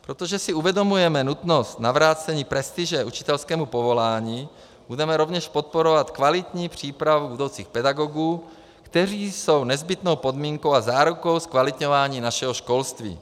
Protože si uvědomujeme nutnost navrácení prestiže učitelskému povolání, budeme rovněž podporovat kvalitní přípravu budoucích pedagogů, kteří jsou nezbytnou podmínkou a zárukou zkvalitňování našeho školství.